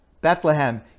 Bethlehem